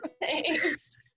thanks